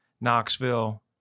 Knoxville